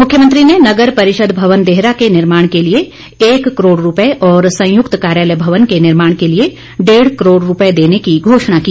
मुख्यमंत्री ने नगर परिषद भवन देहरा के निर्माण के लिए एक करोड़ रूपये और संयुक्त कार्यालय भवन के निर्माण के लिए डेढ़ करोड़ रूपये देने की घोषणा की